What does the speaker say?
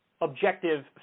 objective